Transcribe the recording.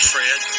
Fred